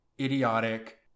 idiotic